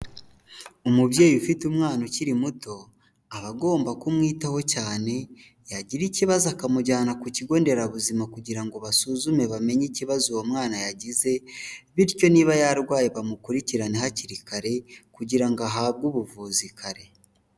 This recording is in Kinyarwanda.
Umubyeyi ufite umwana ukiri muto, aba agomba kumwitaho cyane yagira ikibazo akamujyana ku kigo nderabuzima kugira ngo basuzume bamenye ikibazo uwo mwana yagize, bityo niba yarwaye bamukurikirane hakiri kare kugira ngo ahabwe ubuvuzi kare.